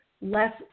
less